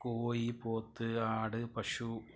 കോഴി പോത്ത് ആട് പശു